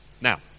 Now